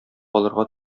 алырга